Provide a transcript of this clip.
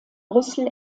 brüssel